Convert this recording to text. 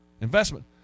investment